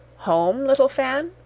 home, little fan?